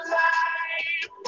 life